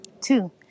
Two